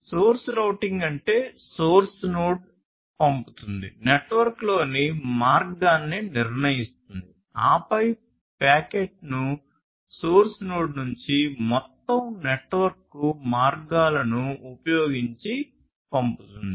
source routing అంటే source node పంపుతుంది నెట్వర్క్లోని మార్గాన్ని నిర్ణయిస్తుంది ఆపై ప్యాకెట్ను సోర్స్ నోడ్ నుండి మొత్తం నెట్వర్క్కు మార్గాలను ఉపయోగించి పంపుతుంది